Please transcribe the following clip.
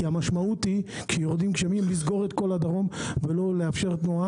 כי המשמעות שכאשר יורדים גשמים לסגור את כל הדרום ולא לאפשר תנועה.